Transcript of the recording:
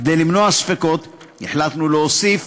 כדי למנוע ספקות, החלטנו להוסיף